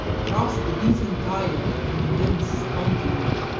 crossed this entire immense continent,